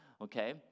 okay